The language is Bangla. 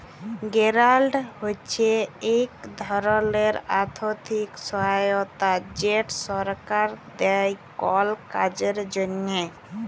গেরালট হছে ইক ধরলের আথ্থিক সহায়তা যেট সরকার দেই কল কাজের জ্যনহে